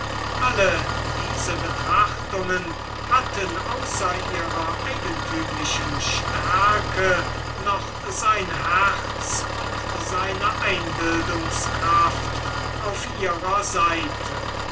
unzweifelhaft diese betrachtungen hatten außer ihrer eigentümlichen stärke noch sein herz und seine einbildungs-kraft auf ihrer seite